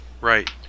right